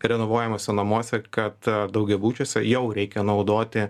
renovuojamuose namuose kad daugiabučiuose jau reikia naudoti